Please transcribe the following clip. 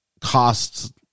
costs